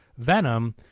Venom